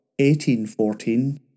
1814